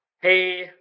Hey